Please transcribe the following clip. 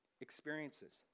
experiences